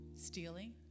stealing